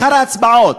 מחר ההצבעות.